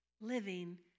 living